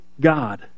God